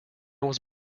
was